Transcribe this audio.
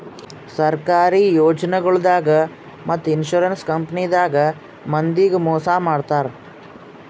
ಸರ್ಕಾರಿ ಯೋಜನಾಗೊಳ್ದಾಗ್ ಮತ್ತ್ ಇನ್ಶೂರೆನ್ಸ್ ಕಂಪನಿದಾಗ್ ಮಂದಿಗ್ ಮೋಸ್ ಮಾಡ್ತರ್